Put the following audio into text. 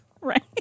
Right